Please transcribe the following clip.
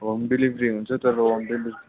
home delivery हुन्छ तर home delivery